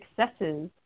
successes